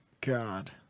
God